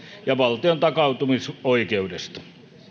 ja valtion takautumisoikeudesta